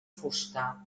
fusta